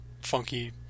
funky